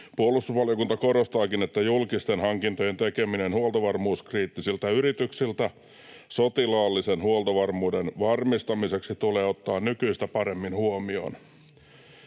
Puolustusvaliokunta korostaakin, että ”julkisten hankintojen tekeminen huoltovarmuuskriittisiltä yrityksiltä sotilaallisen huoltovarmuuden varmistamiseksi tulee ottaa nykyistä paremmin huomioon”.